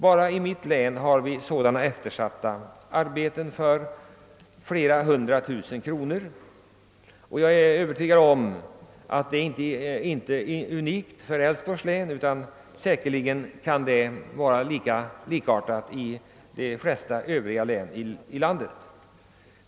Bara i mitt län finns det sådana eftersatta arbeten för flera hundratusen kronor och jag är övertygad om att detta inte är unikt för Älvsborgs län, Förhållandena är säkerligen likartade i de flesta övriga län i landet.